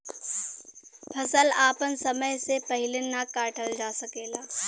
फसल आपन समय से पहिले ना काटल जा सकेला